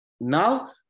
Now